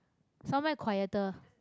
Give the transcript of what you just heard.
somewhere quieter